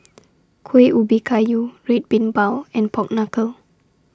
Kuih Ubi Kayu Red Bean Bao and Pork Knuckle